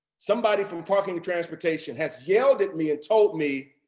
somebody from parking and transportation has yelled at me and told me,